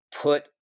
put